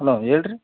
hello ಹೇಳ್ರಿ